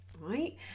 right